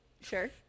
Sure